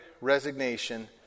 resignation